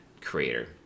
creator